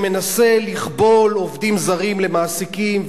שמנסה לכבול עובדים זרים למעסיקים,